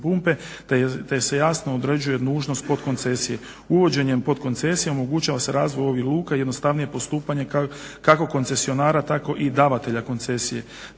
pumpe, te se jasno određuje nužnost podkoncesije. Uvođenjem podkoncesije omogućava se razvoj ovih luka i jednostavnije postupanje kako koncesionara, tako i davatelja koncesije.